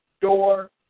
door